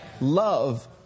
Love